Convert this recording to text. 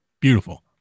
Beautiful